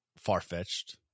Far-fetched